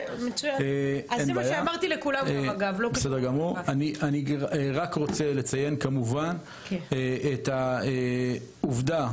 אני רק רוצה לציין את העובדה